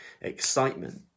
excitement